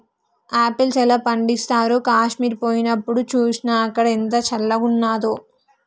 apples ఎలా పండిస్తారో కాశ్మీర్ పోయినప్డు చూస్నా, అక్కడ ఎంత చల్లంగున్నాదో